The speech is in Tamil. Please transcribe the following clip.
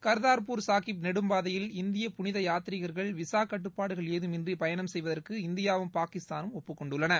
கர்தார்பூர் சாஹிப் நெடும்பாதையில் இந்திய புளித யாத்ரீகர்கள் விசா கட்டுப்பாடுகள் ஏதமின்றி பயணம் செய்வதற்கு இந்தியாவும் பாகிஸ்தானும் ஒப்புக் கொண்டுள்ளன